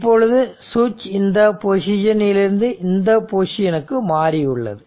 இப்பொழுது சுவிட்ச் இந்த பொசிசனில் இருந்து இந்த பொசிஷனுக்கு மாறி உள்ளது